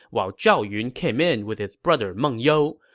while zhao yun came in with his brother meng you.